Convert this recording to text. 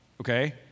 Okay